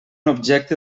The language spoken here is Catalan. objecte